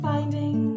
Finding